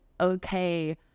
okay